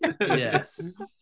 Yes